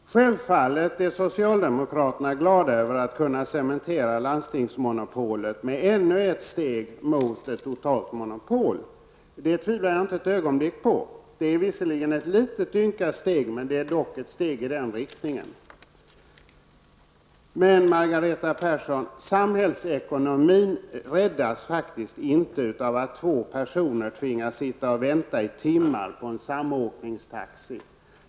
Herr talman! Självfallet är socialdemokraterna glada över att kunna cementera landstingsmonopolet med ännu ett steg mot ett totalt monopol. Det tvivlar jag inte ett ögonblick på. Det är visserligen ett litet ynka steg, men det är dock ett steg i den riktningen. Men, Margareta Persson, samhällsekonomin räddas faktiskt inte av att två personer tvingas sitta och vänta i timmar på en samåkningstaxi.